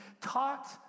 taught